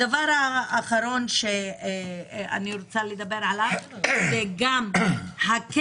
הדבר האחרון שאני רוצה לדבר עליו זה גם הקצב